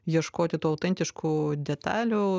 ieškoti tų autentiškų detalių